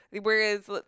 Whereas